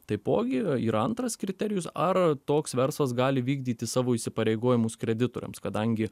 taipogi yra antras kriterijus ar toks verslas gali vykdyti savo įsipareigojimus kreditoriams kadangi